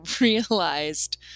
realized